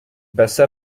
passa